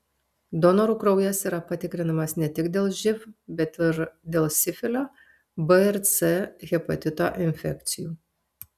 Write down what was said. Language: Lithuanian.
donorų kraujas yra patikrinamas ne tik dėl živ bet ir dėl sifilio b ir c hepatito infekcijų